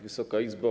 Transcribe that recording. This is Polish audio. Wysoka Izbo!